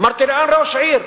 אמרתי, ראש עיר,